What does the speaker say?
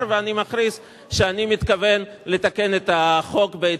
ואני מכריז שאני מתכוון לתקן את החוק בהתאם.